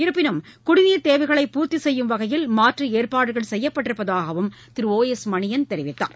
இருப்பினும் குடிநீர் தேவைகளை பூர்த்தி செய்யும் வகையில் மாற்று ஏற்பாடுகள் செய்யப்பட்டிருப்பதாகவும் திரு ஓ எஸ் மணியன் தெரிவித்தார்